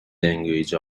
language